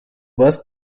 bus